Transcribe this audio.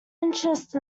interest